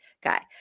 guy